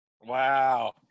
Wow